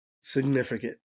significant